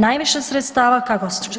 Najviše sredstava